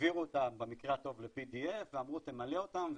העבירו אותם במקרה טוב ל-PDF ואמרו: תמלא אותם,